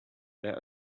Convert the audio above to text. there